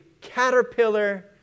caterpillar